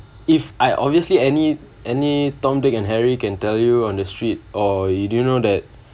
if I obviously any any tom dick and harry can tell you on the street orh you didn't know that